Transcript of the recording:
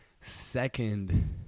Second